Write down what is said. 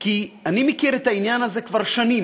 כי אני מכיר את העניין הזה כבר שנים.